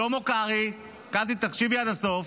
שלמה קרעי, קטי, תקשיבי עד הסוף,